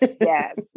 yes